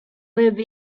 live